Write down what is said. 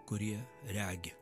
kurie regi